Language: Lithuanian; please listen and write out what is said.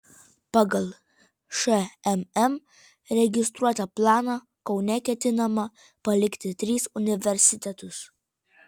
pagal šmm registruotą planą kaune ketinama palikti tris universitetus